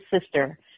sister